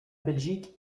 belgique